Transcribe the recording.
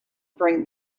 bring